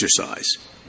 exercise